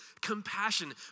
compassion